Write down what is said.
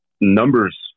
numbers